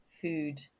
food